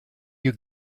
you